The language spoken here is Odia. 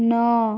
ନଅ